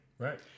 Right